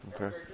Okay